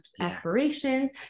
aspirations